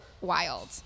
Wild